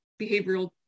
behavioral